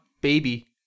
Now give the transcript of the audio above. baby